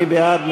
מי בעד?